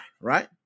Right